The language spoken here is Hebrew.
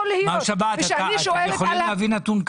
מר שבת, אתה יכול להביא נתון כזה?